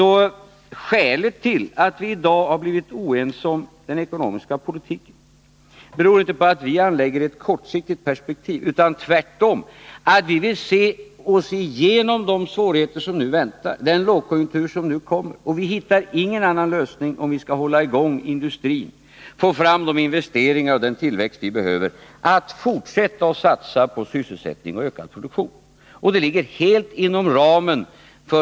Skälet till att vi i dag blivit oense om den ekonomiska politiken är inte att vi anlägger ett kortsiktigt perspektiv utan tvärtom att vi vill se på möjligheterna att ta oss igenom de svårigheter som nu väntar, den lågkonjunktur som kommer. Och vi hittar ingen annan lösning — om vi skall hålla i gång industrin och få fram de investeringar och den tillväxt vi behöver — än att fortsätta att satsa på sysselsättning och ökad produktion. Det ligger helt inom ramen för.